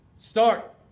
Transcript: Start